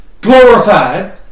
glorified